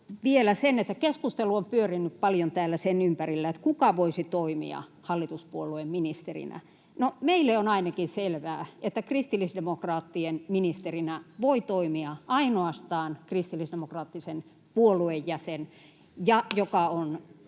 keskustelu on pyörinyt paljon täällä sen ympärillä, kuka voisi toimia hallituspuolueen ministerinä. No, meille on ainakin selvää, että kristillisdemokraattien ministerinä voi toimia ainoastaan kristillisdemokraattisen puolueen jäsen, [Puhemies